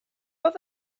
oedd